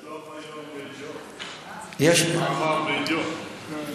יש דוח היום בידיעות, מאמר בידיעות.